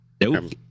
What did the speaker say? Nope